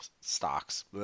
stocks